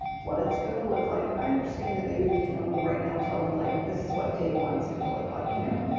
what it's gonna look like. and i understand that maybe we can only right now tell them like, this is what day one is gonna look like, you know,